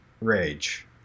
Rage